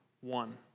one